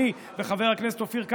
אני וחבר הכנסת אופיר כץ,